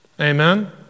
Amen